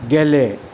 गेले